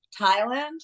Thailand